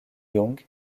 jung